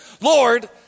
Lord